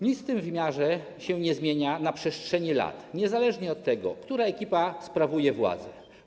Nic w tym wymiarze się nie zmienia na przestrzeni lat, niezależnie od tego, która ekipa sprawuje władzę.